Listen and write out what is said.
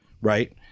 Right